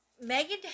Megan